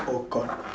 oh god